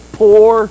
poor